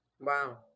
Wow